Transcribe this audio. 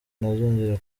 ntazongera